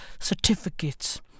certificates